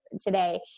today